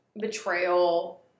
betrayal